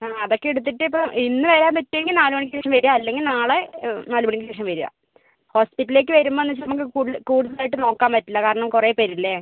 ആ അത് ഒക്കെ എടുത്തിട്ട് ഇപ്പം ഇന്ന് വരാൻ പറ്റുവെങ്കിൽ നാല് മണിക്ക് ശേഷം വരിക അല്ലെങ്കിൽ നാളെ നാല് മണിക്ക് ശേഷം വരിക ഹോസ്പിറ്റലിലേക്ക് വരുമ്പമെന്ന് വെച്ചാൽ നമുക്ക് കൂടുതൽ കൂടുതൽ ആയിട്ട് നോക്കാൻ പറ്റില്ല കാരണം കുറെ പേര് ഇല്ലെ